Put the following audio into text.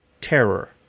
terror